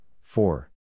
Four